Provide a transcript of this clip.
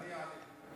אני אענה.